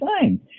time